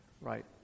Right